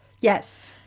Yes